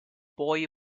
boy